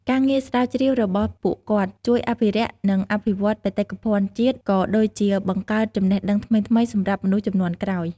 ការងារស្រាវជ្រាវរបស់ពួកគាត់ជួយអភិរក្ស និងអភិវឌ្ឍបេតិកភណ្ឌជាតិ ក៏ដូចជាបង្កើតចំណេះដឹងថ្មីៗសម្រាប់មនុស្សជំនាន់ក្រោយ។